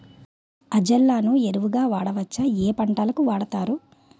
Azolla ని ఎరువు గా వాడొచ్చా? ఏ పంటలకు వాడతారు?